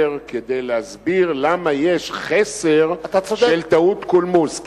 כדי להסביר למה יש חסר של טעות קולמוס,